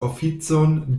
oficon